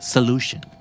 Solution